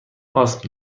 آسم